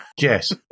Yes